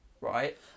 right